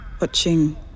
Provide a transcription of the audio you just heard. watching